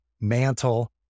mantle